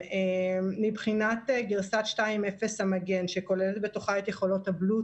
מבחינת גרסת 2.0 המגן שכוללת בתוכה את יכולות הבלוטות',